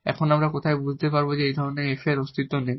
এবং কোথায় আমরা বুঝতে পারব যে এই ধরনের f এর অস্তিত্ব নেই